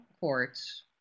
courts